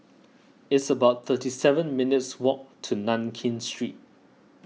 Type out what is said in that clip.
it's about thirty seven minutes' walk to Nankin Street